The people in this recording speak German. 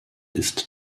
ist